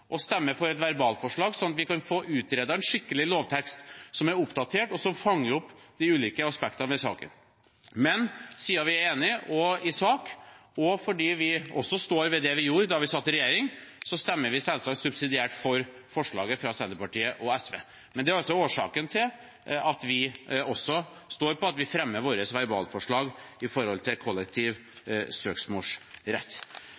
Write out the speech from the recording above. å stemme for et verbalforslag, slik at vi kan få utredet en skikkelig lovtekst som er oppdatert, og som fanger opp de ulike aspektene ved saken. Men siden vi er enig i sak, og fordi vi står ved det vi gjorde da vi satt i regjering, stemmer vi selvsagt subsidiært for forslaget fra Senterpartiet og SV. Det er altså årsaken til at vi også står på at vi fremmer våre verbalforslag